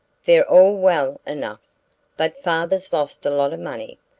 they're all well enough but father's lost a lot of money.